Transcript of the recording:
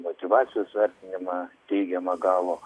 motyvacijos vertinimą teigiamą gavo